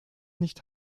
nicht